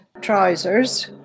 trousers